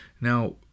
now